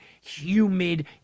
humid